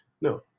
no